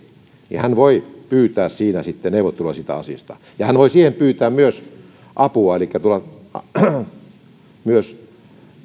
niin hän voi sitten pyytää siinä neuvottelua siitä asiasta ja hän voi siihen pyytää myös apua elikkä voi tulla myös